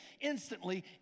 instantly